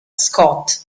scott